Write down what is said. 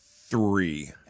Three